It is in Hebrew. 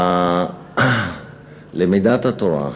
למידת התורה,